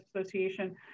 Association